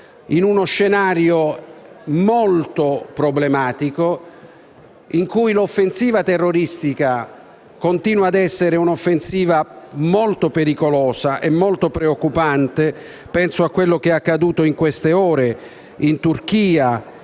in uno scenario molto problematico, in cui l'offensiva terroristica continua ad essere molto pericolosa e molto preoccupante. Penso a quello che è accaduto in queste ore in Turchia